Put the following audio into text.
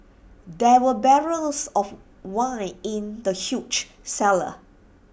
there were barrels of wine in the huge cellar